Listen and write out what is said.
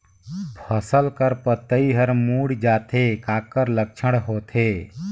फसल कर पतइ हर मुड़ जाथे काकर लक्षण होथे?